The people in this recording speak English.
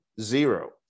zero